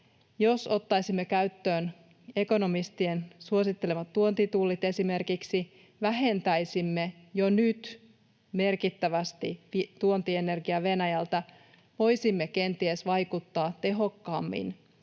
ottaisimme käyttöön ekonomistien suosittelemat tuontitullit, vähentäisimme jo nyt merkittävästi tuontienergiaa Venäjältä ja voisimme kenties vaikuttaa tehokkaammin